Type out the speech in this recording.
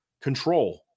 control